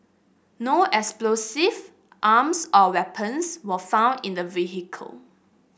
no explosive arms or weapons were found in the vehicle